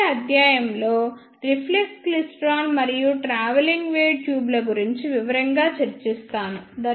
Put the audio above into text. తదుపరి అధ్యాయంలో reflex klystron మరియు ట్రావెలింగ్ వేవ్ ట్యూబ్ల గురించి వివరంగా చర్చిస్తాను